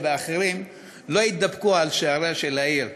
ואחרים לא התדפקו על שעריה של העיר.